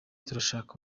turashaka